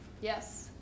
Yes